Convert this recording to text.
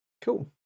Cool